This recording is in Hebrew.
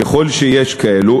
ככל שיש כאלה,